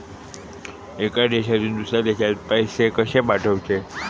एका देशातून दुसऱ्या देशात पैसे कशे पाठवचे?